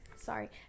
Sorry